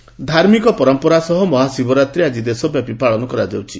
ଶିବରାତ୍ରି ଧାର୍ମିକ ପରମ୍ପରା ସହ ମହାଶିବରାତ୍ରୀ ଆଜି ଦେଶବ୍ୟାପୀ ପାଳନ କରାଯାଉଛି